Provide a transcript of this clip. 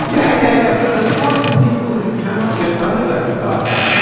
yeah yeah, yeah but there's lots of people who cannot get motivated by that.